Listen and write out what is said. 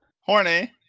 Horny